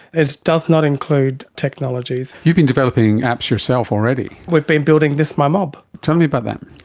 it does not include technologies. you've been developing apps yourself already. we've been building this my mob tell me about that.